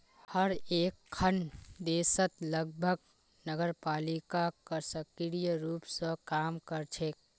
हर एकखन देशत लगभग नगरपालिका सक्रिय रूप स काम कर छेक